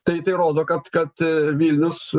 tai tai rodo kad kad vilnius